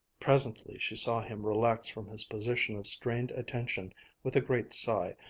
presently she saw him relax from his position of strained attention with a great sigh,